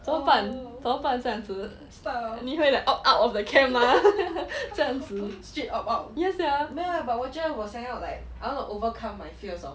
怎么办怎么办这样子你会 like opt out of the camp mah 这样子 ya sia